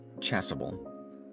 Chasuble